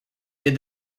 did